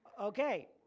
Okay